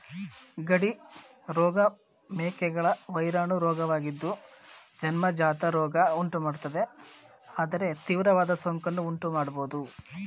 ಗಡಿ ರೋಗ ಮೇಕೆಗಳ ವೈರಾಣು ರೋಗವಾಗಿದ್ದು ಜನ್ಮಜಾತ ರೋಗ ಉಂಟುಮಾಡ್ತದೆ ಆದರೆ ತೀವ್ರವಾದ ಸೋಂಕನ್ನು ಉಂಟುಮಾಡ್ಬೋದು